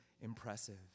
impressive